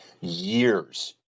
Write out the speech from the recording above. years